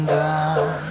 down